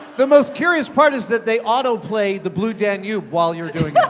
the most curious part is that they autoplay the blue danube while you're doing it.